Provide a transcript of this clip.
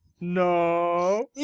No